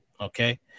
okay